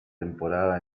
temporada